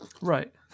Right